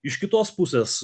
iš kitos pusės